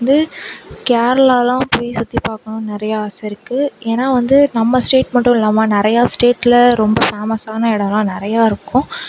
வந்து கேரளாயெலாம் போய் சுற்றி பார்க்கணுன்னு நிறைய ஆசைருக்கு ஏன்னால் வந்து நம்ம ஸ்டேட் மட்டும் இல்லாமல் நிறையா ஸ்டேட்டில் ரொம்ப ஃபேமஸான இடலாம் நிறையாருக்கும்